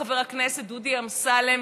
חבר הכנסת דודי אמסלם,